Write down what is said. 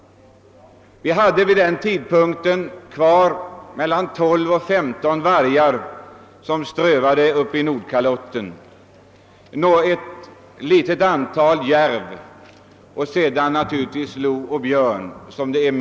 Vid den tidpunkten fanns det inom Nordkalotten mellan 12 och 15 vargar kvar samt ett litet antal järv och något fler lodjur och björnar.